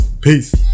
Peace